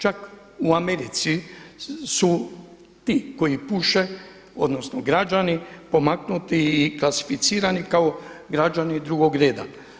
Čak u Americi su ti koji puše odnosno građani pomaknuti i klasificirani kao građani drugog reda.